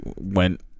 went